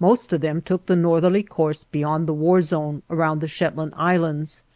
most of them took the northerly course beyond the war zone, around the shetland islands,